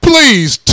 Please